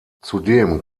zudem